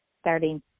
starting